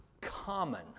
common